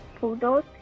poodles